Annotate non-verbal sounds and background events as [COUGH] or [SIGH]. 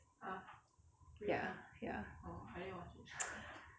ya ya [NOISE]